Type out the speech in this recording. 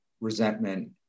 resentment